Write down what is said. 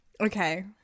okay